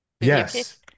yes